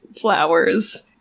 flowers